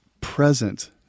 present